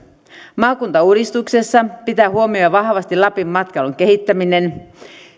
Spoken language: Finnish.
maakuntauudistuksessa pitää huomioida vahvasti lapin matkailun kehittäminen